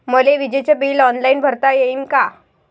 मले विजेच bill online भरता येईन का?